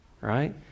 right